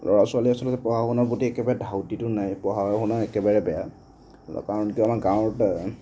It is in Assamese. ল'ৰা ছোৱালীৰ আচলতে পঢ়া শুনাৰ প্ৰতি একেবাৰে ধাউতিটো নাই পঢ়া শুনা একেবাৰে বেয়া কাৰণ কি আমাৰ গাঁৱত